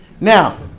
Now